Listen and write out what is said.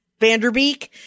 Vanderbeek